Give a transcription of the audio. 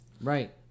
Right